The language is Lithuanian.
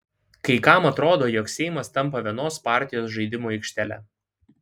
kai kam atrodo jog seimas tampa vienos partijos žaidimų aikštele